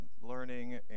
learning